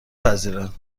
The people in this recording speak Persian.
پذیرد